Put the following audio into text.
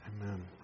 Amen